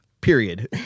Period